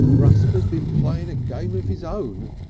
rusper's been playing a game of his own,